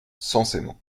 censément